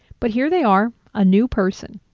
but here they are, a new person.